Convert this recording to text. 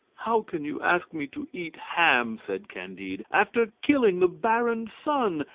how can you ask me to eat ham, said candide, after killing the baron's son,